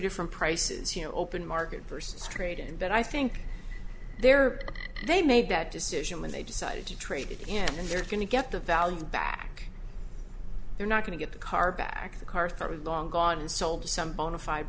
different prices you know open market versus trade in but i think they're they made that decision when they decided to trade it in and they're going to get the value back they're not going to get the car back to the car for long gone and sold to some bonafide